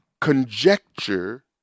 conjecture